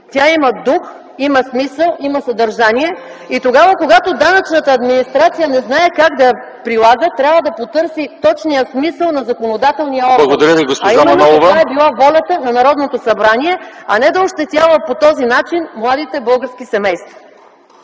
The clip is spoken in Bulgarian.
тя има дух, има смисъл, има съдържание. И когато данъчната администрация не знае как да я прилага, трябва да потърси точния смисъл на законодателния орган, каква е била волята на Народното събрание, а не да ощетява по този начин младите български семейства.